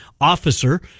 officer